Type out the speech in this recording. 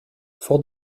fort